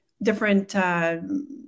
different